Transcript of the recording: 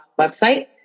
website